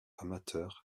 amateur